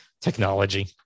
technology